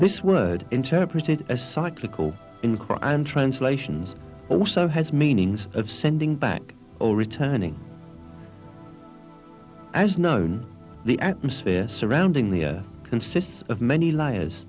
this word interpreted as cyclical in crime translations also has meanings of sending back all returning as known the atmosphere surrounding the earth consists of many li